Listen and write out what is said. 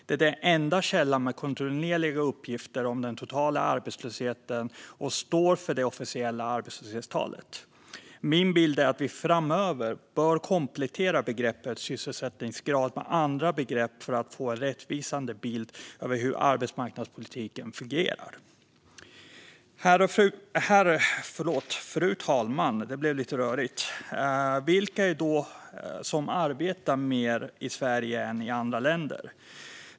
Det är den enda källan med kontinuerliga uppgifter om den totala arbetslösheten och står för det officiella arbetslöshetstalet. Min bild är att vi framöver bör komplettera begreppet sysselsättningsgrad med andra begrepp för att få en rättvisande bild av hur arbetsmarknadspolitiken fungerar. Fru talman! Vilka är det då som arbetar mer i Sverige än i andra länder?